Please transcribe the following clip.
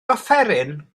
offeryn